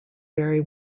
very